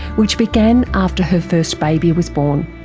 which began after her first baby was born.